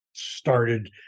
Started